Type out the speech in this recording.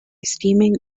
steaming